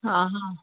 हा हा